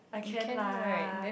I can lah